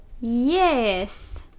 yes